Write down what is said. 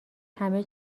همه